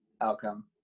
outcome